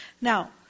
Now